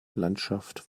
landschaft